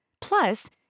Plus